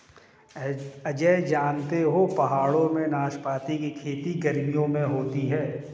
अजय जानते हो पहाड़ों में नाशपाती की खेती गर्मियों में होती है